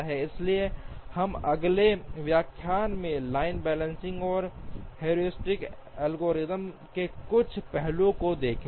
इसलिए हम अगले व्याख्यान में लाइन बैलेंसिंग और हेयुरिस्टिक एल्गोरिदम के कुछ पहलुओं को देखेंगे